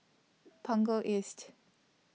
Punggol East